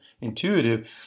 intuitive